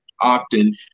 often